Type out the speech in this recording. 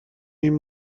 این